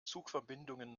zugverbindungen